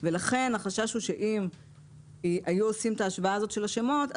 ולכן החשש הוא שאם היו עושים את ההשוואה הזאת של השמות,